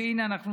והינה,